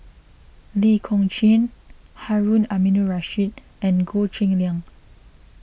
Lee Kong Chian Harun Aminurrashid and Goh Cheng Liang